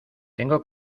tengo